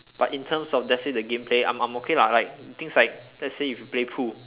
but in terms of let's say the game play I I'm okay lah like things like let's say if you play pool